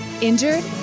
Injured